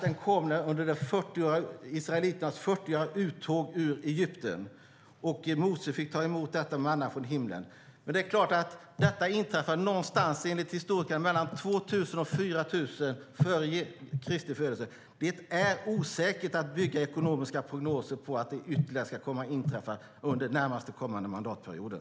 Den kom under israeliternas 40-åriga uttåg ur Egypten då Mose fick ta emot manna från himlen. Detta inträffade enligt historikerna någonstans mellan 2000 och 4000 före Kristi födelse. Det är osäkert att bygga ekonomiska prognoser på att det ska komma att inträffa ytterligare någon gång under den närmast kommande mandatperioden.